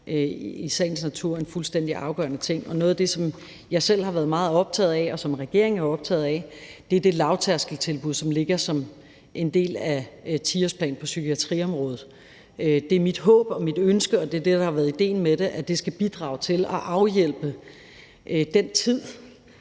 i sagens natur er en fuldstændig afgørende ting. Og noget af det, som jeg selv har været meget optaget af, og som regeringen er optaget af, er det lavtærskeltilbud, som ligger som en del af 10-årsplanen på psykiatriområdet. Det er mit håb og mit ønske – og det er det, der har været idéen med det – at det skal bidrage til at afhjælpe i